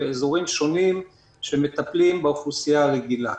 ואזורים אחרים שמטפלים באוכלוסייה הרגילה.